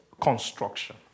construction